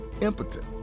impotent